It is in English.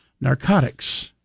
narcotics